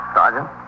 Sergeant